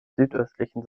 südöstlichen